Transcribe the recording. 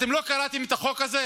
אתם לא קראתם את החוק הזה?